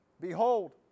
Behold